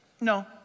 No